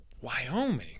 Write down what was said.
wyoming